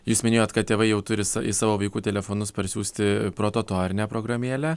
jūs minėjot kad tėvai jau turi į savo vaikų telefonus parsiųsti prototo ar ne programėlę